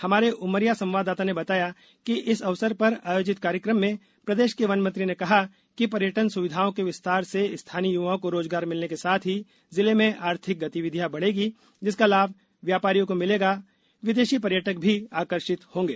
हमारे उमरिया संवाददाता ने बताया कि इस अवसर पर आयोजित कार्यकम में प्रदेश के वन मंत्री ने कहा कि पर्यटन सुविधाओं के विस्तार से स्थानीय युवाओं को रोजगार मिलने के साथ ही जिले में आर्थिक गतिविधियों बढेगी जिसका लाभ व्यापारियों को मिलेगा विदेशी पर्यटक भी आकर्षित होगे